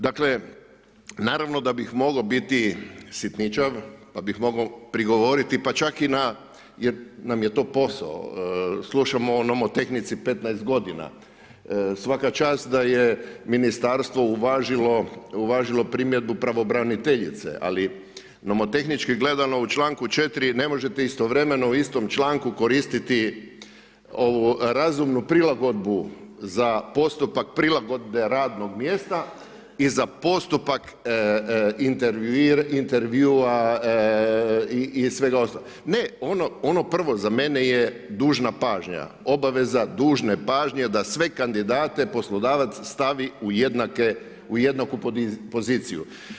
Dakle, naravno da bih mogao biti sitničav pa bih mogao prigovoriti pa čak i na, jer nam je to posao, slušamo o nomotehnici 15 godina, svaka čast da je ministarstvo uvažilo primjedbu pravobraniteljice, ali nomotehnički gledano u članku 4. ne možete istovremeno u istom članku koristiti ovu razumnu prilagodbu za postupak prilagodbe radnog mjesta i za postupak intervjua i svega ostalog, ne ono prvo za mene je dužna pažnja, obaveza dužne pažnje da sve kandidate poslodavac stavi u jednaku poziciju.